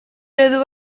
eredu